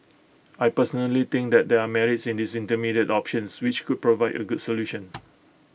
I personally think that there are merits in these intermediate options which could provide A good solution